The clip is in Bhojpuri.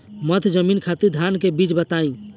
मध्य जमीन खातिर धान के बीज बताई?